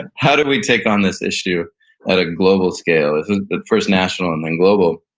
and how do we take on this issue at a global scale? at first national and then global.